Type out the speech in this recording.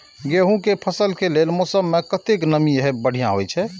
गेंहू के फसल के लेल मौसम में कतेक नमी हैब बढ़िया होए छै?